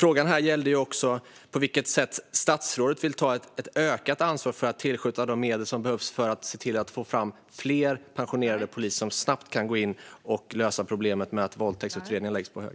Frågan gällde också på vilket sätt statsrådet vill ta ökat ansvar för att tillskjuta de medel som behövs för att få tillbaka fler pensionerade poliser som snabbt kan gå in och lösa problemet med att våldtäktsutredningar läggs på hög.